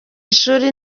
ishuri